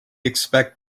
expect